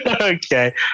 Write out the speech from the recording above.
Okay